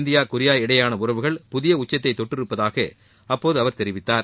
India Korea இடையேயான உறவுகள் புதிய உச்சத்தை தொட்டு இருப்பதாக அப்போது அவர் தெரிவித்தார்